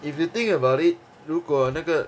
if you think about it 如果那个